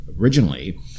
originally